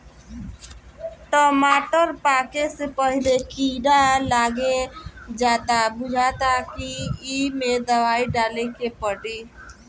टमाटर पाके से पहिले कीड़ा लाग जाता बुझाता कि ऐइमे दवाई डाले के पड़ी